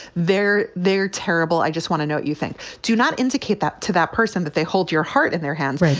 they're they're terrible. i just want to note, you think to not indicate that to that person that they hold your heart in their hands.